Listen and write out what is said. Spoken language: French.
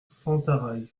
sentaraille